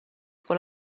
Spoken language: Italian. con